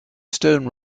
stone